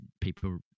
people